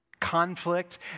Conflict